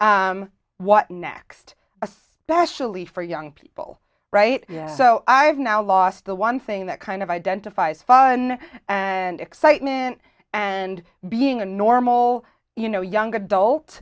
what next especially for young people right so i have now lost the one thing that kind of identifies fun and excitement and being a normal you know young adult